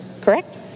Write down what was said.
correct